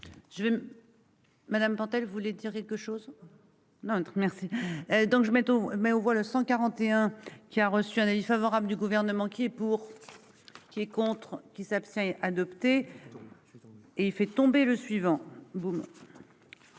Madame Pentel voulait dire quelque chose. Notre merci. Donc je mette au mais on voit le 141 qui a reçu un avis favorable du gouvernement qui est pour. Qui est contre qui s'abstient adopté. Et il fait tomber le suivant. Nous